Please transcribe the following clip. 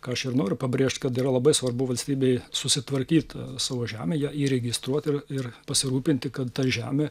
ką aš ir noriu pabrėžt kad yra labai svarbu valstybei susitvarkyt savo žemę ją įregistruot ir ir pasirūpinti kad ta žemė